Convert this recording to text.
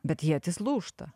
bet ietys lūžta